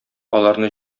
аларны